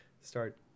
start